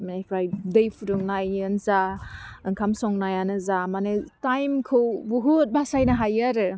बेनिफ्राय दै फुदुंनायानो जा ओंखाम संनायानो जा माने थाइमखौ बहुद बासायनो हायो आरो